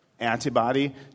Antibody